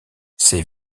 ces